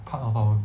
part of our